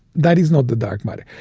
that is not the dark matter.